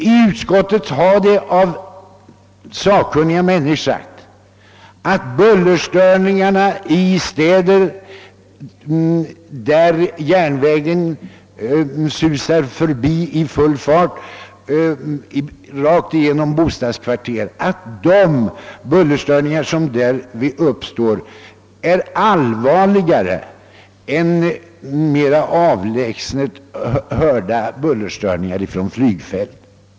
I utskottet har det av sakkunnig sagts att de bullerstörningar som uppstår i städer, där järnvägen susar förbi i full fart rakt igenom bostadskvarter, är allvarligare än mera avlägset hörda bullerstörningar ifrån flygfält.